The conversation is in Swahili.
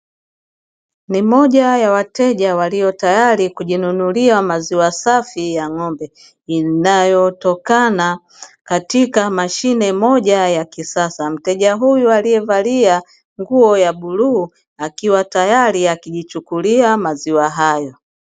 Ni moja ya wateja waliotayari kujinunulia maziwa safi ya ng'ombe inayotokana katika mashine moja ya kisasa. mteja huyu aliyevalia nguo ya buluu akiwa tayari akijichukulia maziwa hayo.